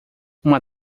uma